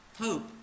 hope